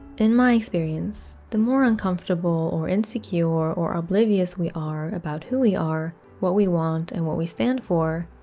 in my experience, the more uncomfortable or insecure or oblivious we are about who we are, what we want, and what we stand for,